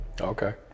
Okay